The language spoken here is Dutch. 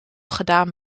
gedaan